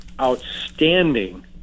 outstanding